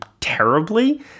terribly